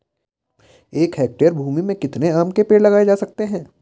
एक हेक्टेयर भूमि में कितने आम के पेड़ लगाए जा सकते हैं?